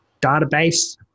database